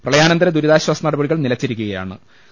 പ്രളയാനന്തര ദുരിതാശ്ചാസ നടപടികൾ നിലച്ചിരിക്കുകയാ ണ്